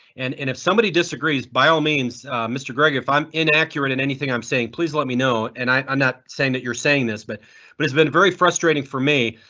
and and if somebody disagrees, by all means mr greg. if i'm inaccurate in anything i'm saying, please let me know and i i'm not saying that you're saying this, but but it's been very frustrating for me.